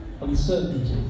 uncertainty